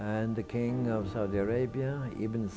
and the king of saudi arabia even